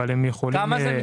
כמו לינה.